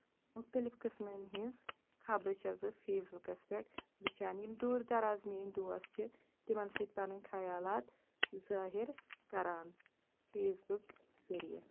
مُختٔلِف قٕسمَن ہٕنٛز خبرٕ چھَس بہٕ فیس بُکَس پٮ۪ٹھ وُچھان یِم دوٗر دَرازٕ میٛٲنۍ دوس چھِ تِمَن سۭتۍ پَنٕنۍ خَیالات ظٲہِر کَران فیس بُک ذٔریعہِ